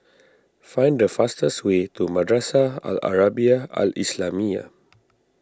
find the fastest way to Madrasah Al Arabiah Al Islamiah